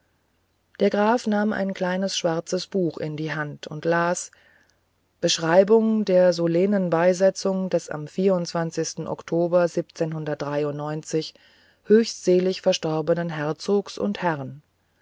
der graf nahm ein kleines schwarzes buch in die hand und las beschreibung der solennen beisetzung des am oktober höchst selig verstorbenen herzogs und herrn